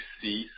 see